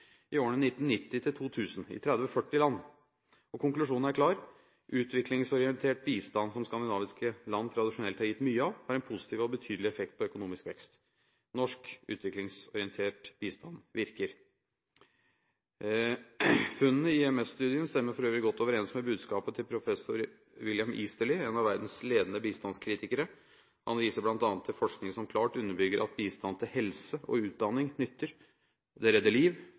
i årene 1990–2000 i 30–40 land. Konklusjonen er klar: Uviklingsorientert bistand som skandinaviske land tradisjonelt har gitt mye av, har en positiv og betydelig effekt på økonomisk vekst. Norsk utviklingsorientert bistand virker. Funnene i IMF-studien stemmer for øvrig godt overens med budskapet til professor William Easterly, en av verdens ledende bistandskritikere. Han viser bl.a. til forskning som klart underbygger at bistand til helse og utdanning nytter. Det redder liv,